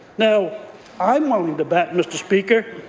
now i'm willing to bet, mr. speaker,